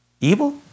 Evil